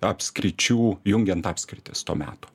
apskričių jungiant apskritis to meto